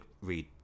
read